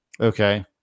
Okay